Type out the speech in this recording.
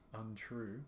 untrue